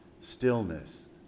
stillness